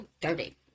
dirty